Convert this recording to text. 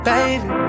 Baby